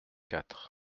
quatre